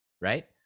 right